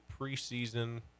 preseason